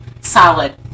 solid